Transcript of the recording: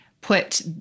put